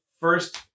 first